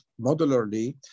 modularly